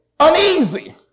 uneasy